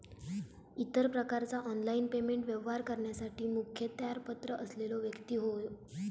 इतर प्रकारचा online payment व्यवहार करण्यासाठी मुखत्यारपत्र असलेलो व्यक्ती होवो